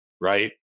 right